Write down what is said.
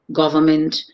government